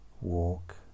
walk